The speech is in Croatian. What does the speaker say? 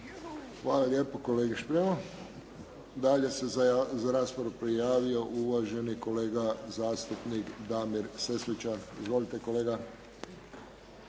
Hvala lijepo kolegi Špremu. Dalje se za raspravu prijavio uvaženi kolega zastupnik Damir Sesvečan. Izvolite kolega.